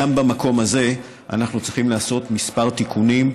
גם במקום הזה אנחנו צריכים לעשות כמה תיקונים.